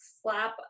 slap